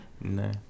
No